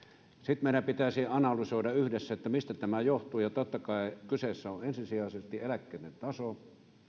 tosiasia meidän pitäisi analysoida yhdessä mistä tämä johtuu totta kai kyseessä on ensisijaisesti eläkkeiden taso